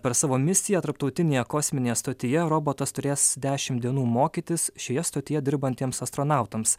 per savo misiją tarptautinėje kosminėje stotyje robotas turės dešimt dienų mokytis šioje stotyje dirbantiems astronautams